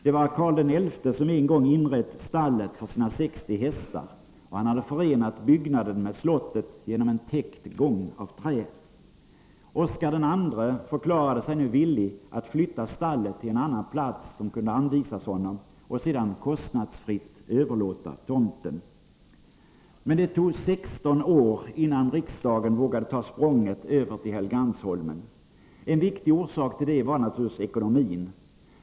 Det var Karl XI som en gång inrett stallet för sina 60 hästar, och han hade förenat byggnaden med slottet genom en täckt gång av trä. Oscar II förklarade sig nu villig att flytta stallet till en annan plats som kunde anvisas honom och sedan kostnadsfritt överlåta tomten. Det tog 16 år innan riksdagen vågade ta språnget över till Helgeandsholmen. En viktig orsak till detta var naturligtvis ekonomin.